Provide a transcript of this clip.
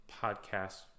podcast